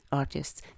artists